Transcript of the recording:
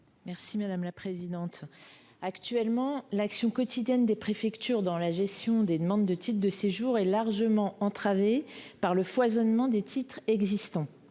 Mme Isabelle Florennes. Actuellement, l’action quotidienne des préfectures dans la gestion des demandes de titres de séjour est largement entravée par le foisonnement des titres existants.